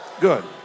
Good